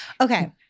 Okay